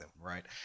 right